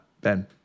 Ben